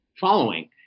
following